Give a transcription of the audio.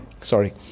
Sorry